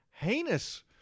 heinous